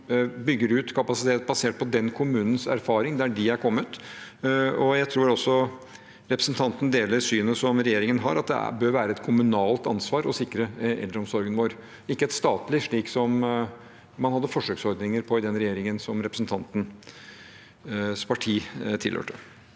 byg ger ut kapasitet basert på den kommunens erfaringer, der de er kommet. Jeg tror også representanten deler det synet regjeringen har på at det bør være et kommunalt ansvar å sikre eldreomsorgen vår, ikke et statlig, slik man hadde forsøksordninger på i den regjeringen som representantens parti tilhørte.